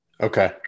Okay